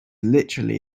literally